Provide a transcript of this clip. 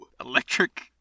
Electric